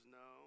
no